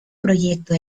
proyecto